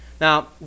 Now